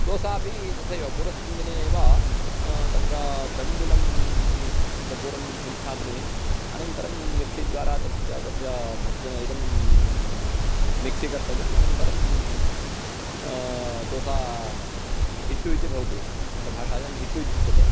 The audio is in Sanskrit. दोसा अपि तथैव पूर्वस्मिन् दिने एव तत्र तण्डुलं तत्र पूर्वं संस्थापनीयम् अनन्तरं मिक्सि द्वारा तत् च तस्य भर्जनम् इदं मिक्सि कर्तव्यम् अनन्तरं दोसा हिट्टु इति भवति कन्नडभाषायां हिट्टु इत्युच्यते